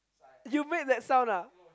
you made that sound ah